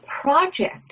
project